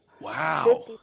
Wow